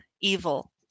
evil